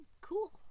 Cool